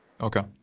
okay